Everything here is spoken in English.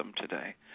today